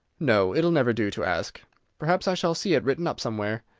no, it'll never do to ask perhaps i shall see it written up somewhere.